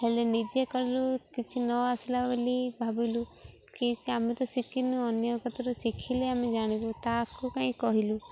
ହେଲେ ନିଜେ କଲୁ କିଛି ନ ଆସିଲା ବୋଲି ଭାବିଲୁ କି ଆମେ ତ ଶିଖିନୁ ଅନ୍ୟ କତରୁ ଶିଖିଲେ ଆମେ ଜାଣିବୁ ତାକୁ କାଇଁ କହିଲୁ